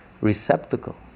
receptacle